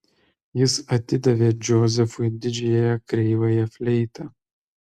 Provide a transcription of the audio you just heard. jis atidavė džozefui didžiąją kreivąją fleitą